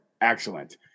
Excellent